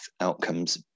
outcomes